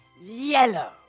Yellow